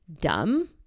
dumb